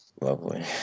Lovely